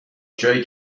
جایی